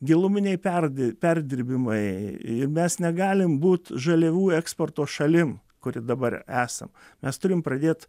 giluminiai perdi perdirbimai ir mes negalim būt žaliavų eksporto šalim kuri dabar ir esam mes turim pradėt